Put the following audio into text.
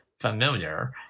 familiar